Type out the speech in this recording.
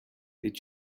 did